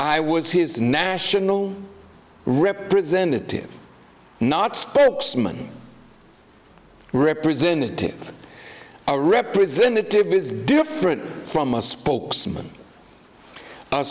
i was his national representative not spokesman representative a representative is different from a spokesman